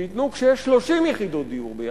שייתנו כשיש 30 יחידות דיור ביחד,